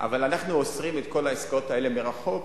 אבל אנחנו אוסרים את כל העסקאות האלה מרחוק,